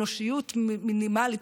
אנושיות מינימלית,